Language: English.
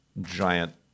giant